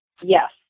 yes